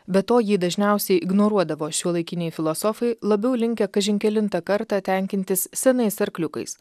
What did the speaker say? be to jį dažniausiai ignoruodavo šiuolaikiniai filosofai labiau linkę kažin kelintą kartą tenkintis senais arkliukais